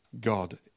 God